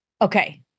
Okay